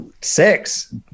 six